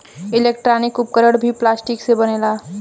electronic उपकरण भी plastic से बनेला